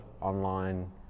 online